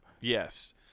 Yes